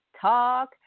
talk